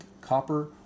copper